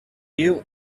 you